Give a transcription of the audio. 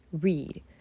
Read